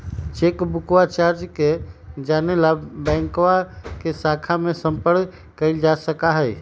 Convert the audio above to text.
चेकबुकवा चार्ज के जाने ला बैंकवा के शाखा में संपर्क कइल जा सका हई